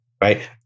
Right